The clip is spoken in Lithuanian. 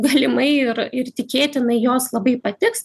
galimai ir ir tikėtinai jos labai patiks